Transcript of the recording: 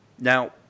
Now